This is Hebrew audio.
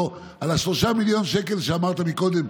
ה-3 מיליון שקל שאמרת קודם,